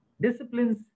disciplines